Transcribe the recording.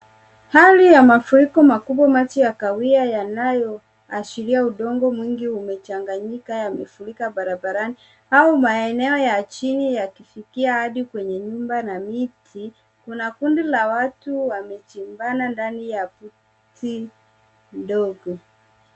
Hali ya mafuriko makubwa. Maji ya kahawia yanayoashiria udongo mwingi umechanganyika, yamefurika barabarani au maeneo ya chini yakifikia hadi kwenye nyumba na miti. Kuna kundi la watu wamejibana ndani boti ndogo.